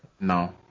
No